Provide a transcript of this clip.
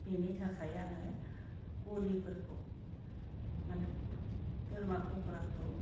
बेनि थाखाय आङो गलिफोरखौ माने बोरमा गग्राखौ